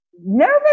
Nervous